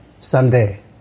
someday